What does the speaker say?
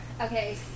okay